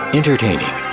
entertaining